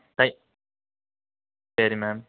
சரி மேம்